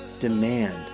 demand